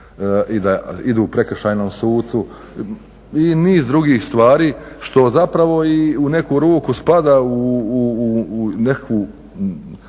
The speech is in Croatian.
i da idu prekršajnom sucu i niz drugih stvari što zapravo i u neku ruku spada u nekakvu